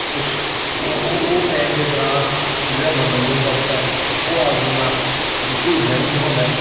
ਕੁਛ ਉਹ ਟਾਈਮ ਦੇ ਦੌਰਾਨ ਜਿਹੜਾ ਮਨੋਰੰਜਨ ਜਗਤ ਹੈ ਉਹ ਆਪਣੀਆਂ ਮਸ਼ਹੂਰੀਆਂ ਵੀ ਦਿਖਾਉਂਦਾ